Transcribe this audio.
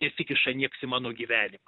nesikiša nieks į mano gyvenimą